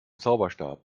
zauberstab